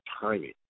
timing